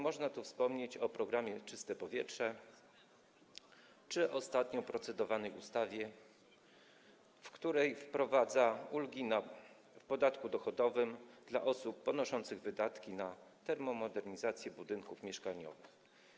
Można tu wspomnieć o programie „Czyste powietrze” czy ostatnio procedowanej ustawie, w której wprowadza się ulgi w podatku dochodowym dla osób ponoszących wydatki na termomodernizację budynków mieszkaniowych.